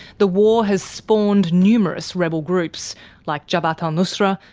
the war has spawned numerous rebel groups like jabhat al-nusra,